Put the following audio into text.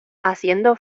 haciendo